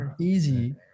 easy